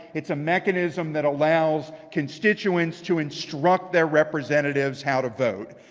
it's a mechanism that allows constituents to instruct their representatives how to vote.